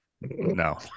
No